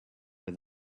with